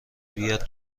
بیاد